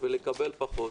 ולקבל פחות.